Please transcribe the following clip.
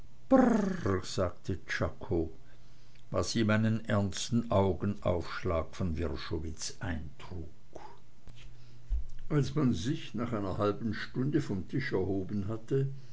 was ihm einen ernsten augenaufschlag von wrschowitz eintrug als man sich nach einer halben stunde von tisch erhoben hatte